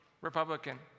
Republican